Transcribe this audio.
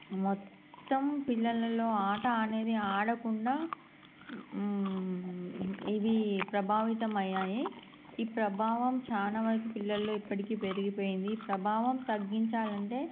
మొత్తం పిల్లలలో ఆట అనేది ఆడకుండా ఇవి ప్రభావితం అయ్యాయి ఈ ప్రభావం చాలా వరకి పిల్లల్లో ఇప్పటికీ పెరిగిపోయింది ఈ ప్రభావం తగ్గించాలి అంటే